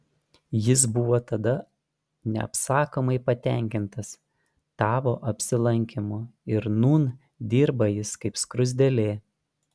jis buvo tada neapsakomai patenkintas tavo apsilankymu ir nūn dirba jis kaip skruzdėlė